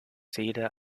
seele